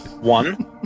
one